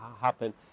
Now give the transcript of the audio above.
happen